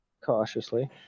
cautiously